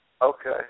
Okay